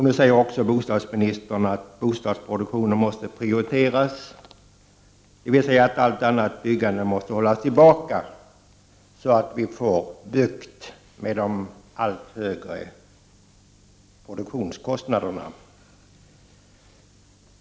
Nu säger också bostadsministern att bostadsproduktionen måste prioriteras, dvs. att allt annat byggande måste hållas tillbaka så att vi får bukt med de allt högre produktionskostnaderna.